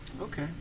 Okay